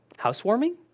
Housewarming